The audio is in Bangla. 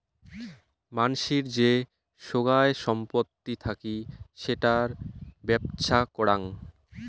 মানসির যে সোগায় সম্পত্তি থাকি সেটার বেপ্ছা করাং